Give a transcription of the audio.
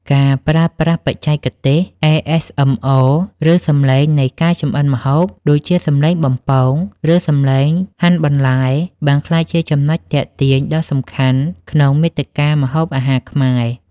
ការប្រើប្រាស់បច្ចេកទេស ASMR ឬសំឡេងនៃការចម្អិនម្ហូប ដូចជាសំឡេងបំពង ឬសំឡេងហាន់បន្លែ បានក្លាយជាចំណុចទាក់ទាញដ៏សំខាន់ក្នុងមាតិកាម្ហូបអាហារខ្មែរ។